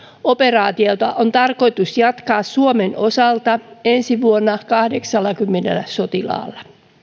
operaatiota on tarkoitus jatkaa suomen osalta ensi vuonna kahdeksallakymmenellä sotilaalla